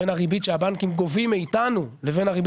בין הריבית שהבנקים גובים מאתנו לבין הריבית